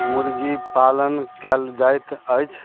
मुर्गी पालन कयल जाइत अछि